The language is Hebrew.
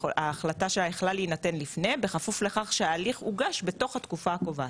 ההחלטה שלה יכלה להינתן לפני בכפוף לכך שההליך הוגש בתוך התקופה הקובעת.